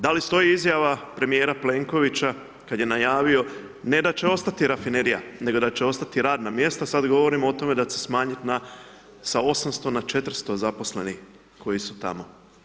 Da li stoji izjava premijera Plenkovića kad je najavio, ne da će ostati rafinerija, nego da će ostati radna mjesta, sad govorimo o tome da će se smanjiti sa 800 na 400 zaposlenih koji su tamo.